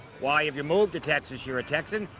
why, if you move to texas, you are a texan.